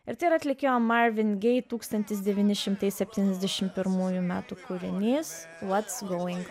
ir atlikėjo marvin gaye tūkstantis devyni šimtai septyniasdešimt pirmųjų metų kūrinys whats going